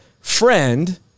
friend